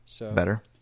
Better